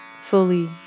fully